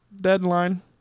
deadline